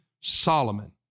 Solomon